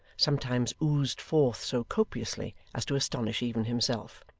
sometimes oozed forth so copiously as to astonish even himself.